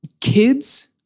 Kids